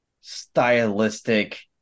stylistic